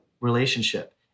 relationship